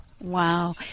Wow